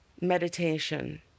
Meditation